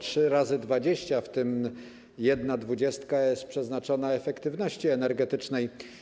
Trzy razy 20, w tym jedna dwudziestka jest przeznaczona dla efektywności energetycznej.